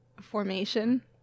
formation